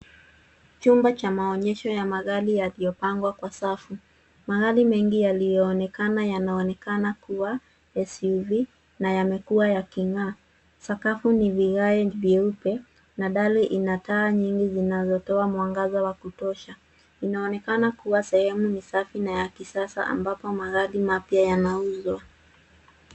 Chumba ya maonyesho ya magari yaliyopangwa kwa safu. Magari mengi yaliyoonekana yanaonekana kuwa SUV na yamekuwa yaking'aa sakafu ni ya vigaye vieupe na dale ina taa nyingi zinazotoa mwangaza wa kutosha, inaonekana kuwa sehemu ni safi na ya kisasa ambapo magari mapya yanauzwa.